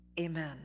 Amen